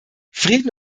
frieden